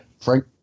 Frank